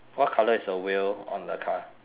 what colour is the wheel on the car